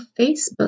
Facebook